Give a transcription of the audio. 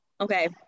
Okay